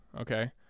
okay